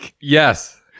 Yes